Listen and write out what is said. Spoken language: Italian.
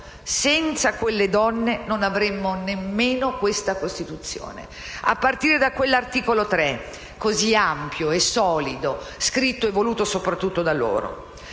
Senza quelle donne non avremo nemmeno questa Costituzione, a partire dall'articolo 3, ampio e solido, scritto e voluto soprattutto da loro.